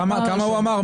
כמה הוא אמר?